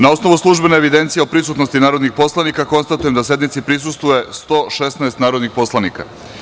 Na osnovu službene evidencije o prisutnosti narodnih poslanika, konstatujem da sednici prisustvuje 116 narodnih poslanika.